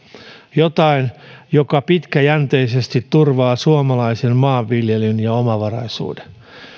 jotain joka pitkäjänteisesti turvaa suomalaisen maanviljelyn ja omavaraisuuden